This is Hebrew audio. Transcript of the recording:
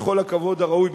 בכל הכבוד הראוי,